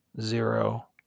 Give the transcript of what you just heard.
zero